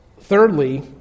thirdly